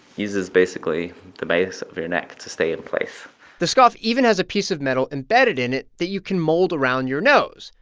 uses basically the base of your neck to stay in place the scough even has a piece of metal embedded in it that you can mold around your nose.